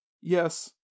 Yes